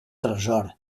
tresor